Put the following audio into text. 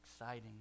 exciting